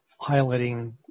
highlighting